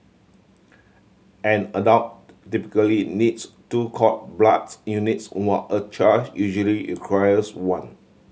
an adult typically needs two cord bloods units while a child usually requires one